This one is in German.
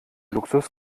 luxus